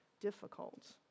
difficult